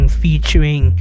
featuring